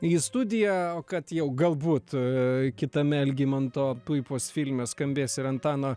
į studiją o kad jau galbūt kitame algimanto puipos filme skambės ir antano